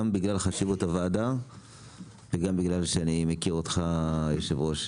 גם בגלל חשיבות הוועדה וגם בגלל שאני מכיר אותך היושב-ראש,